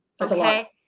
Okay